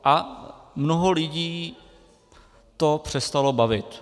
A mnoho lidí to přestalo bavit.